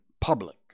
public